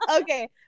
Okay